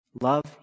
love